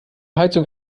heizung